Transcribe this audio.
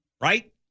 right